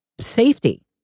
safety